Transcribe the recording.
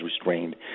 restrained